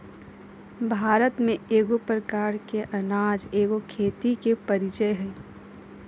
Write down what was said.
भारत में एगो प्रकार के अनाज एगो खेती के परीचय हइ